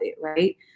right